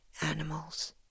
Animals